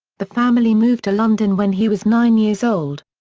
the family moved to london when he was nine years old.